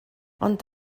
ond